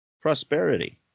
prosperity